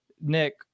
Nick